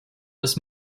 des